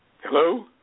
Hello